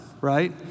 right